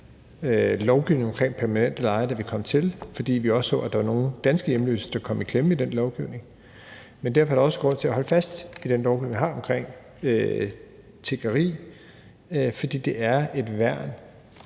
lovgivningen omkring permanente lejre, da vi kom til, fordi vi også så, at der var nogle danske hjemløse, der kom i klemme i den lovgivning, men derfor er der også grund til at holde fast i den lovgivning, vi har omkring tiggeri, fordi det er et værn